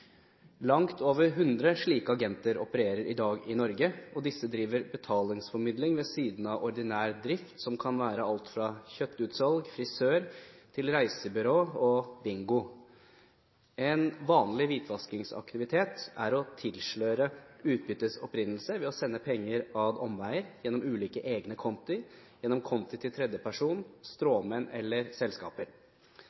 Langt over hundre slike agenter opererer i dag i Norge, og disse driver betalingsformidling ved siden av ordinær drift, som kan være alt fra kjøttutsalg og frisør til reisebyrå og bingo. En vanlig hvitvaskingsaktivitet er å tilsløre utbyttets opprinnelse ved å sende penger ad omveier gjennom ulike egne konti, gjennom konti til tredjeperson,